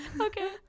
Okay